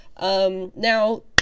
Now